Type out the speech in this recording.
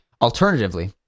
alternatively